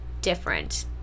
different